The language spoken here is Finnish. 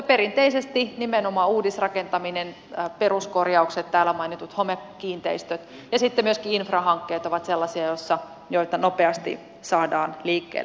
perinteisesti nimenomaan uudisrakentaminen peruskorjaukset täällä mainitut homekiinteistöt ja sitten myöskin infrahankkeet ovat sellaisia joita nopeasti saadaan liikkeelle